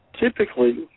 Typically